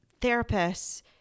therapists